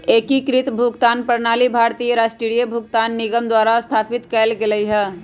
एकीकृत भुगतान प्रणाली भारतीय राष्ट्रीय भुगतान निगम द्वारा स्थापित कएल गेलइ ह